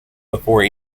before